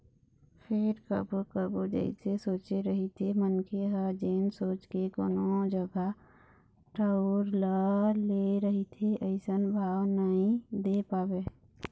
फेर कभू कभू जइसे सोचे रहिथे मनखे ह जेन सोच के कोनो जगा ठउर ल ले रहिथे अइसन भाव नइ दे पावय